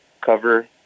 cover